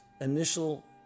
initial